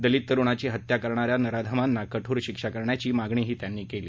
दलित तरुणाची हत्या करणाऱ्या नराधमांना कठोर शिक्षा करण्याची मागणीही त्यांनी केली